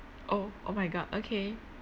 oh oh my god okay